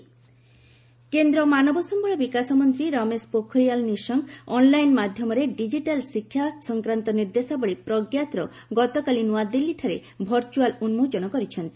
ପ୍ରଗ୍ୟାତ୍ କେନ୍ଦ୍ର ମାନବ ସମ୍ଭଳ ବିକାଶ ମନ୍ତ୍ରୀ ରମେଶ ପୋଖରିଆଲ୍ ନିଶଙ୍କ ଅନ୍ଲାଇନ ମାଧ୍ୟମରେ ଡିଙ୍ଗିଟାଲ୍ ଶିକ୍ଷା ସଂକ୍ରାନ୍ତ ନିର୍ଦ୍ଦେଶାବଳୀ 'ପ୍ରଗ୍ୟାତ'ର ଗତକାଲି ନୂଆଦିଲ୍ଲୀଠାରେ ଭର୍ଚୁଆଲ୍ ଉନ୍ମୋଚନ କରିଛନ୍ତି